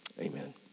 amen